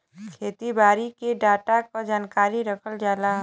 खेती बारी के डाटा क जानकारी रखल जाला